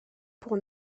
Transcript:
pour